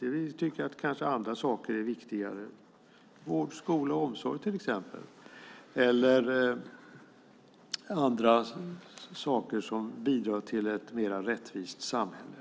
Man tycker att andra saker är viktigare, vård, skola och omsorg till exempel eller andra saker som bidrar till ett mer rättvist samhälle.